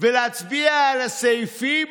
ולהצביע על הסעיפים